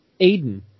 Aiden